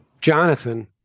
Jonathan